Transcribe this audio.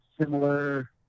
similar